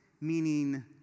meaning